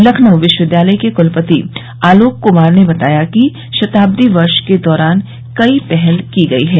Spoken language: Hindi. लखनऊ विश्वविद्यालय के क्लपति आलोक कुमार ने बताया कि शताब्दी वर्ष के दौरान कई पहल की गई हैं